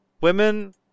Women